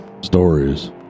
stories